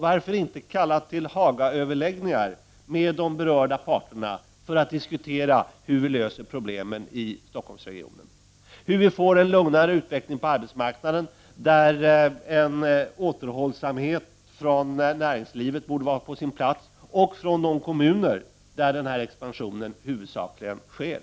Varför inte kalla till Hagaöverläggningar med de berörda parterna för att diskutera hur vi skall lösa problemen i Stockholmsregionen? T.ex. hur vi skall få en lugnare utveckling på arbetsmarknaden, där en återhållsamhet från näringslivets sida borde vara på sin plats och från de kommuner där denna expansion huvudsakligen sker.